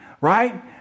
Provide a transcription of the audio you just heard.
right